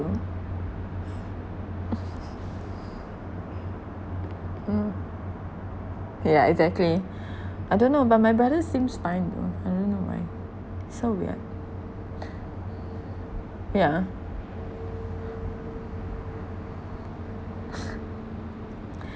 mm yeah exactly I don't know but my brother seems fine though I don't know why its' so weird yeah